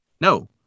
no